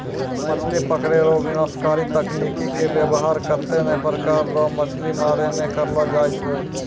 मछली पकड़ै रो विनाशकारी तकनीकी के वेवहार कत्ते ने प्रकार रो मछली मारै मे करलो जाय छै